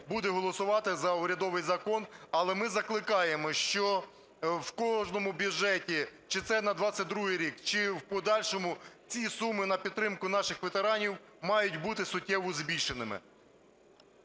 буде голосувати за урядовий закон, але ми закликаємо, що в кожному бюджеті, чи це на 22-й рік, чи в подальшому, ці суми на підтримку наших ветеранів мають бути суттєво збільшеними.